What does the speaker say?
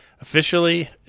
Officially